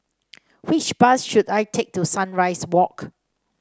which bus should I take to Sunrise Walk